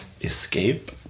escape